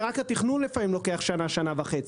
רק התכנון לוקח לפעמים שנה-שנה וחצי.